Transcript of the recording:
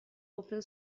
open